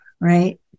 right